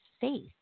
faith